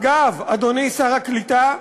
אגב, אדוני, שר הקליטה,